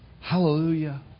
Hallelujah